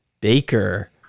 Baker